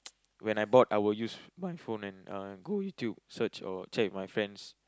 when I bored I will use my phone and uh go YouTube search or chat with my friends